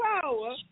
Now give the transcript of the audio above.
power